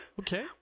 Okay